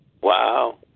Wow